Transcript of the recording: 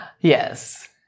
Yes